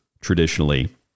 traditionally